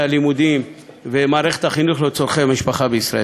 הלימודים ומערכת החינוך לצורכי המשפחה בישראל.